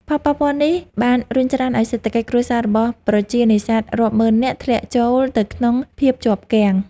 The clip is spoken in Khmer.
ផលប៉ះពាល់នេះបានរុញច្រានឱ្យសេដ្ឋកិច្ចគ្រួសាររបស់ប្រជានេសាទរាប់ម៉ឺននាក់ធ្លាក់ចូលទៅក្នុងភាពជាប់គាំង។